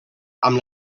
amb